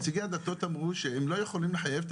נציגי הדתות אמרו שהם לא יכולים לחייב את